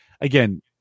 again